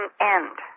end